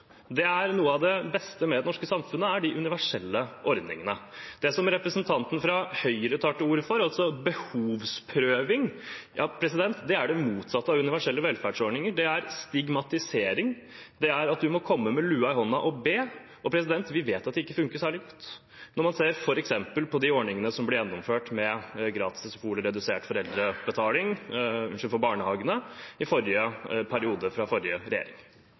Noe av det beste med det norske samfunnet er de universelle ordningene. Det som representanten fra Høyre tar til orde for, altså behovsprøving, er det motsatte av universelle velferdsordninger. Det er stigmatisering. Det er at man må komme med lua i hånda og be. Vi vet at det ikke funker særlig godt, f.eks. når man ser på ordningen med redusert foreldrebetaling i barnehagene som ble gjennomført av forrige regjering i forrige periode. Representanten fra